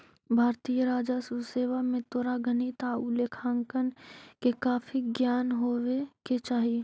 भारतीय राजस्व सेवा में तोरा गणित आउ लेखांकन के काफी ज्ञान होवे के चाहि